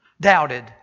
doubted